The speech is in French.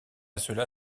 cela